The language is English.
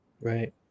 right